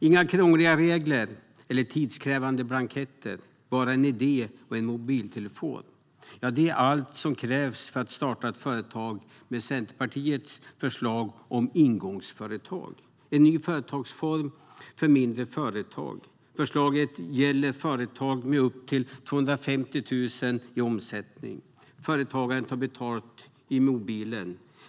Inga krångliga regler eller tidskrävande blanketter, bara en idé och en mobiltelefon är allt som krävs för att starta företag med Centerpartiets förslag om ingångsföretag - en ny företagsform för mindre företag. Förslaget gäller företag med upp till 250 000 kronor i omsättning. Företagaren tar betalt i mobilen.